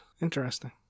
interesting